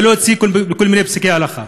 ולא להוציא כל מיני פסקי הלכה.